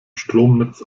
stromnetz